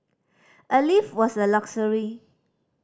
a lift was a luxury